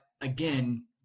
again